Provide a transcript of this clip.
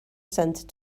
center